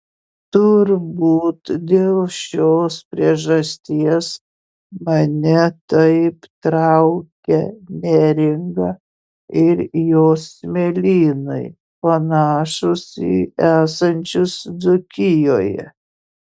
turbūt dėl šios priežasties mane taip traukia neringa ir jos smėlynai panašūs į esančius dzūkijoje